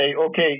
okay